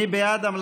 מי בעד?